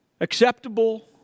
acceptable